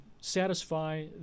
satisfy